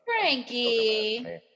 Frankie